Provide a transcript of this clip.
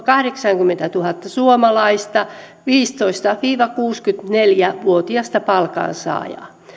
kahdeksankymmentätuhatta suomalaista viisitoista viiva kuusikymmentäneljä vuotiasta palkansaajaa